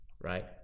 right